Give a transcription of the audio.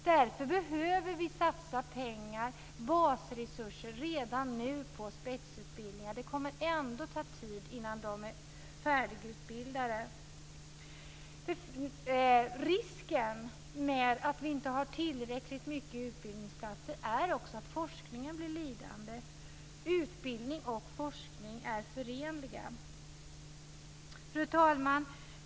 Därför behöver vi satsa pengar, basresurser, redan nu på spetsutbildningar. Det kommer ändå att ta tid innan de är färdigutbildade. Risken med att vi inte har tillräckligt många utbildningsplatser är också att forskningen blir lidande. Utbildning och forskning är förenliga. Fru talman!